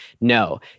no